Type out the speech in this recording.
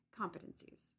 competencies